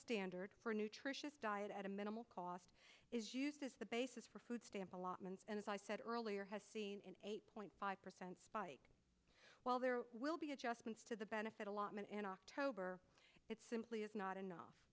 standard for nutritious diet at a minimal cost is used as the basis for food stamp allotment and as i said earlier has seen an eight point five percent spike well there will be adjustments to the benefit allotment in october it simply is not enough